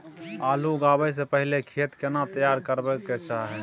आलू लगाबै स पहिले खेत केना तैयार करबा के चाहय?